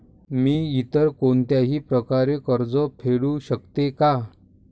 मी इतर कोणत्याही प्रकारे कर्ज फेडू शकते का?